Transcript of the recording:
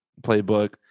Playbook